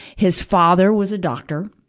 his father was a doctor.